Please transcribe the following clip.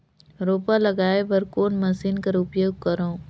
रोपा लगाय बर कोन मशीन कर उपयोग करव?